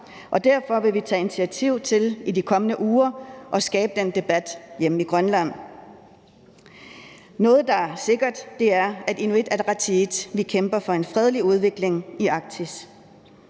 Og derfor vil vi tage initiativ til, i de kommende uger, at skabe den debat hjemme i Grønland. Noget, der er sikkert, er, at Inuit Ataqatigiit kæmper for en fredelig udvikling i Arktis.